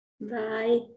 Bye